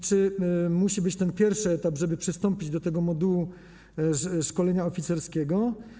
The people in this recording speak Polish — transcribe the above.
Czy musi być ten pierwszy etap, żeby przystąpić do modułu szkolenia oficerskiego?